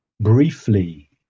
briefly